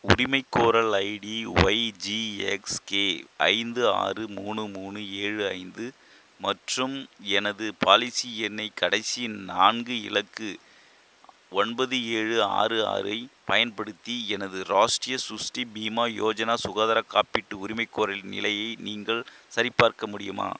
உரிமைகோரல் ID Y G X K ஐந்து ஆறு மூணு மூணு ஏழு ஐந்து மற்றும் எனது பாலிசி எண்ணை கடைசி நான்கு இலக்கு ஒன்பது ஏழு ஆறு ஆறைப் பயன்படுத்தி எனது ராஷ்ட்ரிய சுஸ்டி பீமா யோஜனா சுகாதார காப்பீட்டு உரிமைகோரலின் நிலையை நீங்கள் சரிபார்க்க முடியுமா